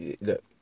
look